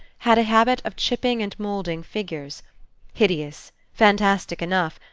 had a habit of chipping and moulding figures hideous, fantastic enough,